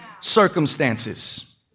circumstances